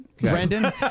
Brandon